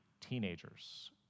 teenagers